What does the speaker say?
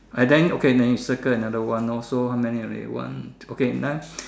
uh then okay then we circle another one hor so how many already one okay then